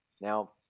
Now